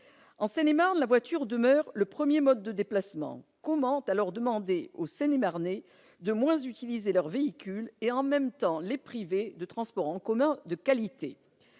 En Seine-et-Marne, la voiture demeure le premier mode de déplacement. Comment demander aux Seine-et-Marnais de moins utiliser leur véhicule et, dans le même temps, les priver de transports en commun de qualité ?